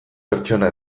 pertsona